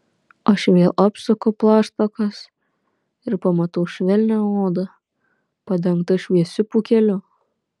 aš vėl apsuku plaštakas ir pamatau švelnią odą padengtą šviesiu pūkeliu